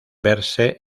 verse